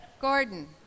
Gordon